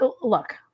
look